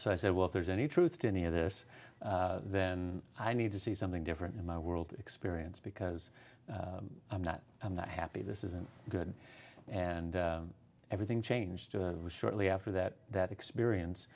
so i said well if there's any truth to any of this then i need to see something different in my world experience because i'm not i'm not happy this isn't good and everything changed shortly after that that experience